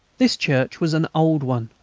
this church was an old one,